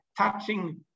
touching